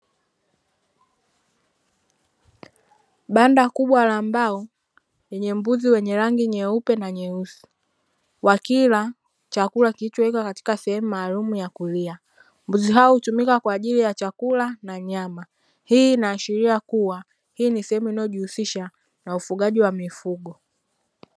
Banda kubwa la mbao lenye mbuzi wenye rangi nyeupe na nyeusi, wakila chakula kilichowekwa katika sehemu maalumu ya kulia. Mbuzi hao hutumika kwa ajili ya chakula na nyama. Hii inaashiria kuwa hii ni sehemu inayojihusisha na ufugaji wa mifugo.